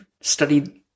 studied